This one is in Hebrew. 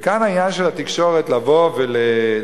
וכאן העניין של התקשורת, לבוא ולתפוס.